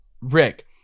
Rick